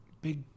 big